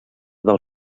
del